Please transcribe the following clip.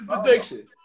prediction